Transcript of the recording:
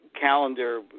calendar